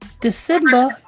December